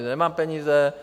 Nemám peníze.